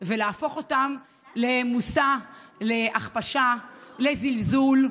ולהפוך אותן למושא להכפשה, לזלזול,